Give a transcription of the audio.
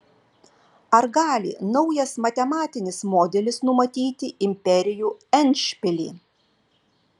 ar gali naujas matematinis modelis numatyti imperijų endšpilį